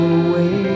away